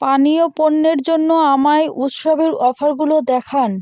পানীয় পণ্যের জন্য আমায় উৎসবের অফারগুলো দেখান